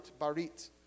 barit